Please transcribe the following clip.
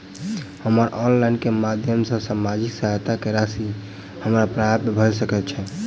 हम ऑनलाइन केँ माध्यम सँ सामाजिक सहायता केँ राशि हमरा प्राप्त भऽ सकै छै?